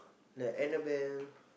like Annabelle